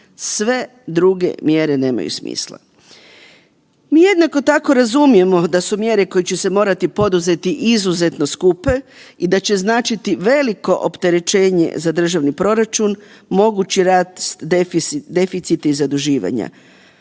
sve druge mjere nemaju smisla. Mi jednako tako razumijemo da su mjere koje će se morati poduzeti izuzetno skupe i da će značiti veliko opterećenje za državni proračun, mogući rad, deficit i zaduživanja,